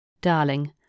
Darling